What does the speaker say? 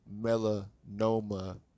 melanoma